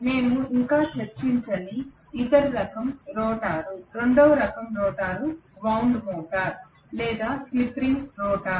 మేము ఇంకా చర్చించని ఇతర రకం రోటర్ రెండవ రకం రోటర్ వౌండ్ రోటర్ లేదా స్లిప్ రింగ్ రోటర్